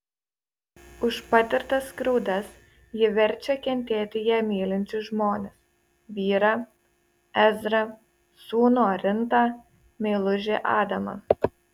už patirtas skriaudas ji verčia kentėti ją mylinčius žmones vyrą ezrą sūnų orintą meilužį adamą